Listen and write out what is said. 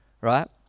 Right